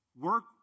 Work